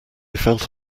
felt